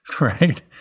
right